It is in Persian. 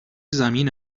زمین